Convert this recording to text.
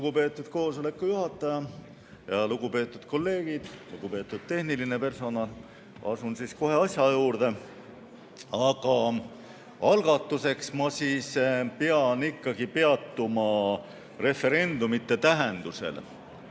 Lugupeetud koosoleku juhataja! Lugupeetud kolleegid! Lugupeetud tehniline personal! Asun siis kohe asja juurde. Aga algatuseks ma pean ikkagi peatuma referendumite tähendusel.